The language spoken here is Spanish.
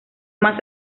más